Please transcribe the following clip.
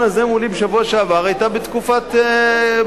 הזה מולי בשבוע שעבר היתה בתקופת ממשלתכם.